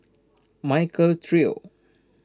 Michael Trio